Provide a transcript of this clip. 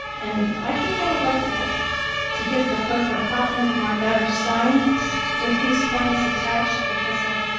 and i think i would like to but to give the clerk a copy of my letter signed with these points attached because i